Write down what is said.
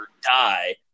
die